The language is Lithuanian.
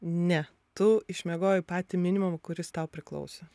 ne tu išmiegojai patį minimumą kuris tau priklauso